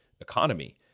economy